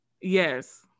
yes